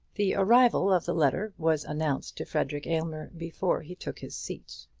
the arrival of the letter was announced to frederic aylmer before he took his seat.